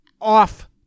off